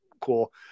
cool